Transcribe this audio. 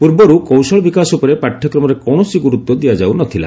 ପୂର୍ବରୁ କୌଶଳ ବିକାଶ ଉପରେ ପାଠ୍ୟକ୍ରମରେ କୌଣସି ଗୁରୁତ୍ୱ ଦିଆଯାଉ ନଥିଲା